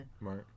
Right